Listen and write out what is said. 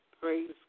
praise